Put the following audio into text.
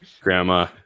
grandma